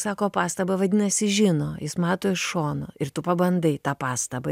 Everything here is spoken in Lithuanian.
sako pastabą vadinasi žino jis mato iš šono ir tu pabandai tą pastabą